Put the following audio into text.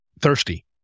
thirsty